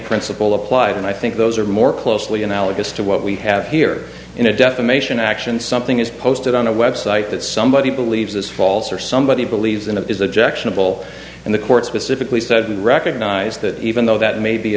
principle applies and i think those are more closely analogous to what we have here in a defamation action something is posted on a website that somebody believes is false or somebody believes in it is objectionable and the court specifically said recognize that even though that may be